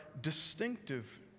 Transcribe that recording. distinctive